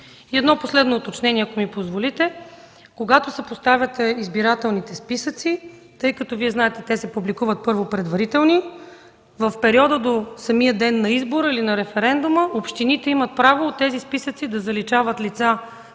едно последно уточнение, ако ми позволите. Когато се поставят избирателните списъци, тъй като Вие знаете, те са публикуват първо като предварителни, в периода до самия ден на избора или на референдума, общините имат право от тези списъци да заличават лица,